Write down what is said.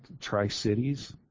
Tri-Cities